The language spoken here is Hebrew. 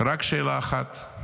רק שאלה אחת: